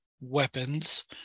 weapons